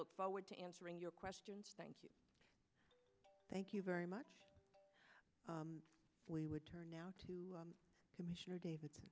look forward to answering your questions thank you thank you very much we would turn now to commissioner davi